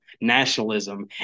nationalism